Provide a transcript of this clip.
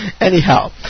Anyhow